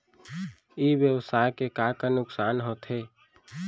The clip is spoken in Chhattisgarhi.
ई व्यवसाय के का का नुक़सान होथे?